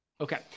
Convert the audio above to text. okay